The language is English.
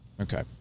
okay